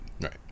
right